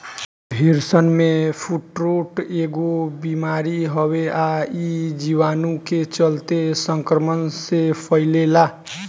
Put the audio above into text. भेड़सन में फुट्रोट एगो बिमारी हवे आ इ जीवाणु के चलते संक्रमण से फइले ला